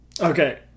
Okay